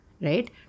right